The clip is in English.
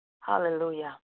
Hallelujah